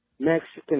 Mexican